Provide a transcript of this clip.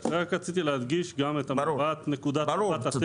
רק רציתי להדגיש גם את נקודת מבט הטבע.